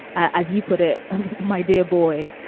as you put it my dear boy,